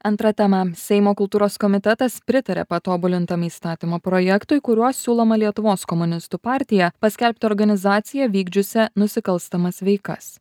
antra tema seimo kultūros komitetas pritarė patobulintam įstatymo projektui kuriuo siūloma lietuvos komunistų partiją paskelbti organizacija vykdžiusia nusikalstamas veikas